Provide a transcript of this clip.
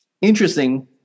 Interesting